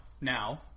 now